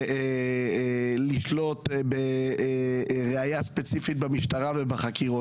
לתלות בראיה ספציפית במשטרה ובחקירות.